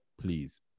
please